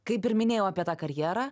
kaip ir minėjau apie tą karjerą